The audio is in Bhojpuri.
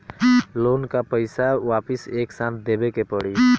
लोन का पईसा वापिस एक साथ देबेके पड़ी?